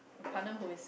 partner who is